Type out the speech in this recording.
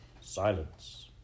Silence